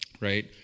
Right